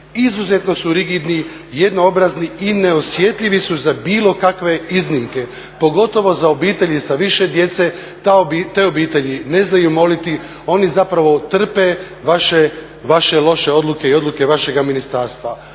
izuzetno su rigidni, jedno obrazni i neosjetljivi su za bilo kakve iznimke pogotovo za obitelji sa više djece. Te obitelji ne znaju moliti. Oni zapravo trpe vaše loše odluke i odluke vašega ministarstva.